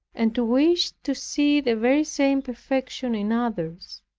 and to wish to see the very same perfection in others.